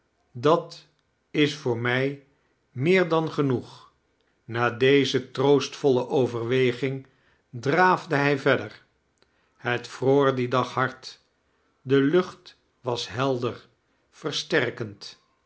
dat is voor mij meer dan genoeg na deze troostvolle overweging draafde hij verder het vroor dien dag hard de lucht was helder versterkend